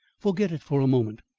forget it for a moment.